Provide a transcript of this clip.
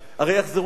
הרי יחזרו לעזה.